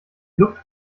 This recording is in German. lupft